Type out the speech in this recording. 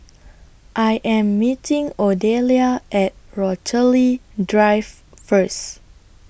I Am meeting Odelia At Rochalie Drive First